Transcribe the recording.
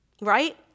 right